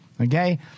Okay